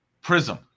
Prism